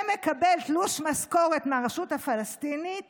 שמקבל תלוש משכורת מהרשות הפלסטינית